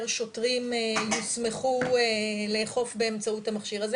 שוטרים יוסמכו לאכוף באמצעות המכשיר הזה,